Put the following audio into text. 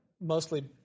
mostly